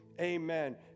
amen